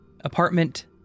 Apartment